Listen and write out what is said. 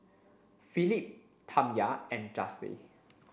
Philip Tamya and Jase